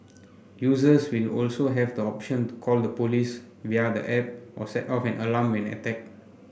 users will also have the option to call the police via the app or set off an alarm when attacked